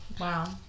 Wow